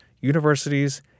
universities